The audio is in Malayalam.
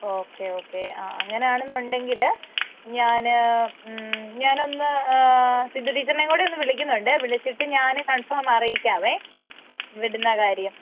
ഓക്കെ ഓക്കെ ആ അങ്ങനെ ആണെന്നുണ്ടെങ്കിൽ ഞാൻ ഞാനൊന്ന് സിന്ധു ടീച്ചറിനെയും കൂടെ ഒന്ന് വിളിക്കുന്നുണ്ട് വിളിച്ചിട്ട് ഞാൻ കൺഫോം അറിയിക്കാവേ വിടുന്ന കാര്യം